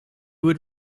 would